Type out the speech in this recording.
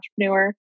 entrepreneur